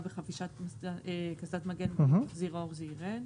בחבישת קסדת מגן בלי מחזיר אור זה יירד.